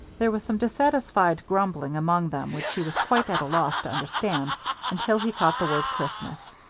there was some dissatisfied grumbling among them which he was quite at a loss to understand until he caught the word christmas.